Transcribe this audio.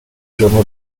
giorno